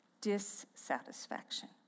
dissatisfaction